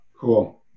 Cool